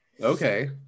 Okay